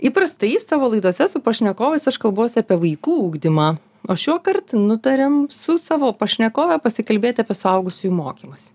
įprastai savo laidose su pašnekovais aš kalbuos apie vaikų ugdymą o šiuokart nutarėm su savo pašnekove pasikalbėt apie suaugusiųjų mokymąsi